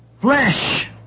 flesh